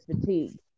fatigue